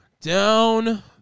Down